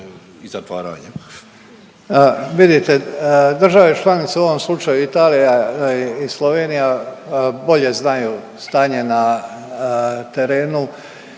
Davor (HDZ)** Vidite države članice u ovom slučaju Italija i Slovenija bolje znaju stanje na terenu